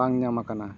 ᱵᱟᱝ ᱧᱟᱢ ᱟᱠᱟᱱᱟ